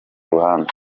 ruhande